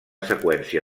seqüència